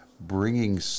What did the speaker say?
bringing